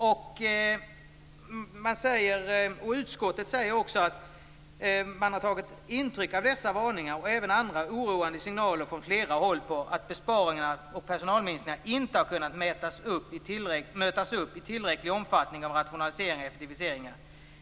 I betänkandet står det: "Utskottet har tagit intryck av dessa varningar och även av andra oroande signaler från flera håll på att besparingarna och personalminskningarna inte har kunnat mötas upp i tillräcklig omfattning av rationaliseringar och effektiviseringar.